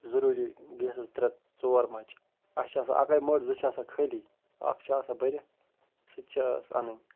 ضٔروٗری گیسَس زٕ ترٛےٚ ژور مَچہٕ اَسہِ چھِ آسان اَکٔے مٔٹ زٕ چھِ آسان خٲلی اَکھ چھِ آسان بٔرِتھ سُہ تہِ چھِ ٲس اَنٕنۍ